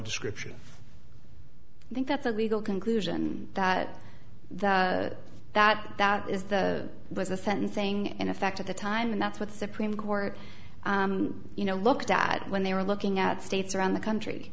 description i think that's a legal conclusion that that that that is that there's a sentencing in effect at the time and that's what the supreme court you know looked at when they were looking at states around the country